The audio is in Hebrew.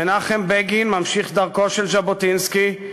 מנחם בגין, ממשיך דרכו של ז'בוטינסקי,